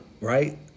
right